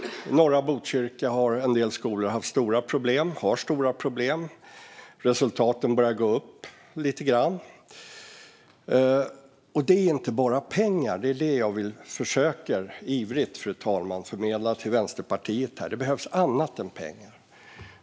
En del skolor i norra Botkyrka har haft och har stora problem. Resultaten börjar nu gå upp lite grann. Det jag ivrigt försöker förmedla till Vänsterpartiet är att det inte bara handlar om pengar, fru talman. Det behövs annat än pengar.